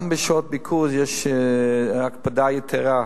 גם בשעות ביקור יש הקפדה יתירה,